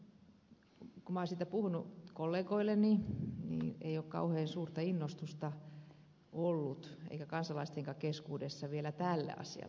kun minä olen siitä puhunut kollegoilleni siihen ei ole kauhean suurta innostusta ollut eikä kansalaistenkaan keskuudessa vielä tälle asialle